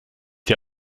der